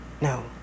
no